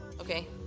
okay